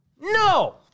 No